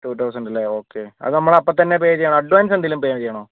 to thousand അല്ലേ okay അത് നമ്മൾ അപ്പോൾ തന്നെ പേ ചെയ്യണോ അഡ്വാൻസ് എന്തെങ്കിലും പേ ചെയ്യണോ